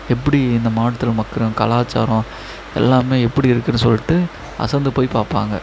எப்டி இந்த மாவட்டத்துல மக்களும் கலாச்சாரம் எல்லாம் எப்படி இருக்குதுன்னு சொல்லிட்டு அசந்து போய் பார்ப்பாங்க